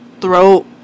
throat